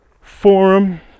forum